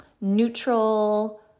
neutral